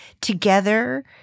together